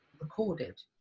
recorded